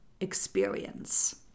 experience